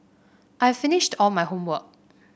I've finished all my homework